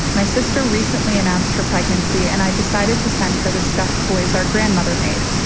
my sister recently announced her pregnancy and i decided to send her the stuffed toys our grandmother made.